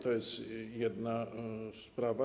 To jest jedna sprawa.